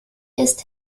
ist